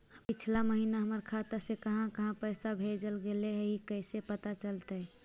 पिछला महिना हमर खाता से काहां काहां पैसा भेजल गेले हे इ कैसे पता चलतै?